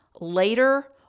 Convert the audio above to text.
later